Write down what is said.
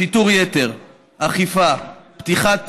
שיטור יתר, אכיפה, פתיחת תיק,